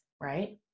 right